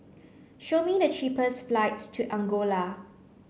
show me the cheapest flights to Angola